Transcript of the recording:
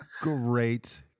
Great